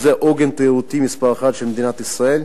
שזה עוגן תיירותי מספר אחת של מדינת ישראל.